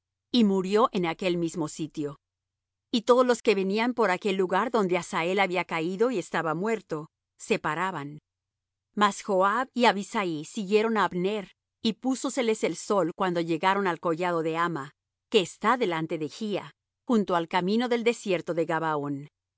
y murió en aquel mismo sitio y todos los que venían por aquel lugar donde asael había caído y estaba muerto se paraban mas joab y abisai siguieron á abner y púsoseles el sol cuando llegaron al collado de amma que está delante de gía junto al camino del desierto de